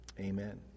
Amen